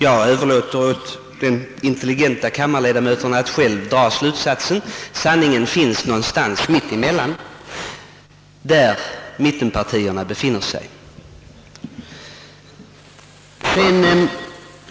Jag överlåter åt de intelligenta kammarledamöterna att själva dra slutsatsen. Sanningen finns någonstans mitt emellan, där mittenpartierna befinner sig.